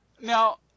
Now